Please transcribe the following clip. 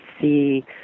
see